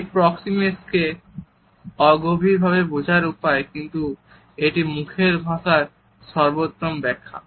এটি প্রক্সেমিকসকে অগভীরভাবে বোঝার উপায় কিন্তু এটি মুখের ভাষার সর্বোত্তম ব্যাখ্যা